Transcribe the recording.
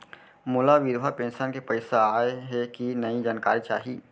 मोला विधवा पेंशन के पइसा आय हे कि नई जानकारी चाही?